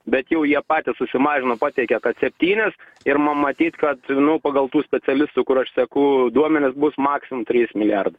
bet jau jie patys susimažino patiekė kad septynis ir ma matyt kad nu pagal tų specialistų kur aš seku duomenis bus maksimum trys milijardai